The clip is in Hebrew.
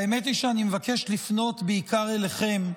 האמת היא שאני מבקש לפנות בעיקר אליכם,